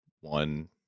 one